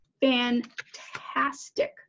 fantastic